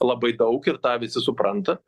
labai daug ir tą visi supranta